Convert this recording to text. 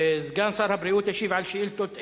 סגן שר הבריאות ישיב על שאילתות אלה: